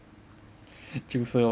就是 lor